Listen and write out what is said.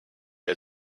had